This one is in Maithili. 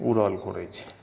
उड़ल घुरै छै